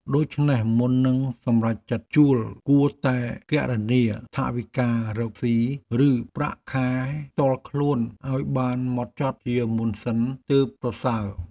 ដូច្នេះមុននឹងសម្រេចចិត្តជួលគួរតែគណនាថវិការកស៊ីឬប្រាក់ខែផ្ទាល់ខ្លួនឱ្យបានហ្មត់ចត់ជាមុនសិនទើបប្រសើរ។